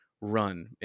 run